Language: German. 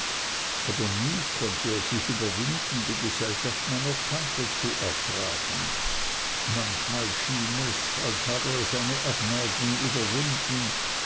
aber nie konnte er sich überwinden die gesellschaft meiner tante zu ertragen manchmal schien es als habe er seine abneigung überwunden